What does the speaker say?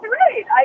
right